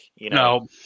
No